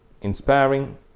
inspiring